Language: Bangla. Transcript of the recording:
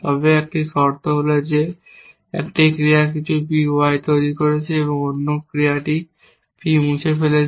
তবে একটি শর্ত হল যে একটি ক্রিয়া কিছু P তৈরি করছে এবং অন্য ক্রিয়াটি P মুছে ফেলছে